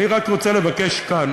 אני רק רוצה לבקש כאן